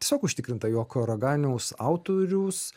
tiesiog užtikrinta jog raganiaus autorius